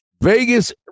Vegas